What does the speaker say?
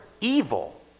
evil